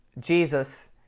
Jesus